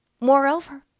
Moreover